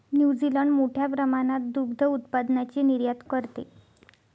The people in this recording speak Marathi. न्यूझीलंड मोठ्या प्रमाणात दुग्ध उत्पादनाची निर्यात करते